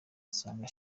asanga